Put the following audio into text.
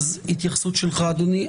אז התייחסות שלך, אדוני.